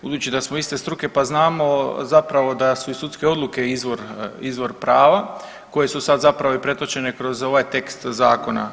Budući da smo iste struke pa znamo zapravo da su i sudske odluke izvor prava koje su sad zapravo i pretočene kroz ovaj tekst zakona.